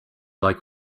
like